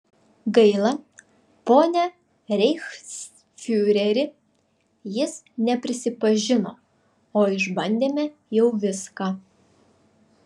gaila pone reichsfiureri jis neprisipažino o išbandėme jau viską